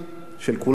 של כולנו.